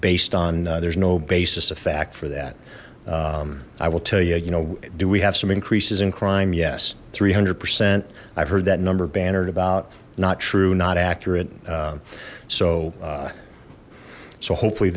based on there's no basis of fact for that i will tell you you know do we have some increases in crime yes three hundred percent i've heard that number bannered about not true not accurate so so hopefully